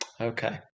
Okay